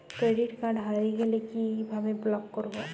Credit card হারিয়ে গেলে কি ভাবে ব্লক করবো?